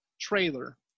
trailer